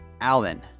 Alan